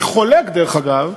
דרך אגב,